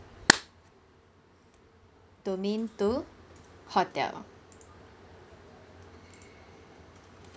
domain two hotel